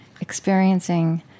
experiencing